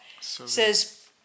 says